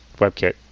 webkit